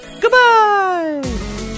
goodbye